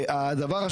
דמוקרטית.